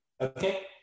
Okay